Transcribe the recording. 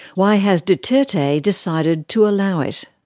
why has duterte decided to allow it?